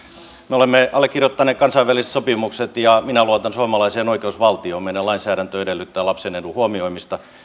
me olemme allekirjoittaneet kansainväliset sopimukset ja minä luotan suomalaiseen oikeusvaltioon meidän lainsäädäntömme edellyttää lapsen edun huomioimista